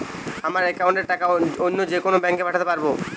আমার একাউন্টের টাকা অন্য যেকোনো ব্যাঙ্কে পাঠাতে পারব?